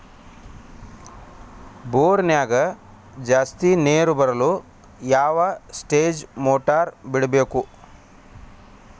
ಬೋರಿನ್ಯಾಗ ಜಾಸ್ತಿ ನೇರು ಬರಲು ಯಾವ ಸ್ಟೇಜ್ ಮೋಟಾರ್ ಬಿಡಬೇಕು?